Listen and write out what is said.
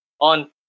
on